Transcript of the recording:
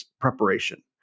preparation